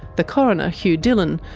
the coroner, hugh dillon,